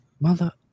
Mother